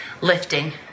lifting